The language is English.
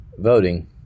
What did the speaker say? voting